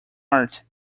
art